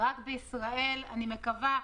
רק בישראל אני מקווה,